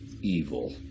evil